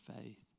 faith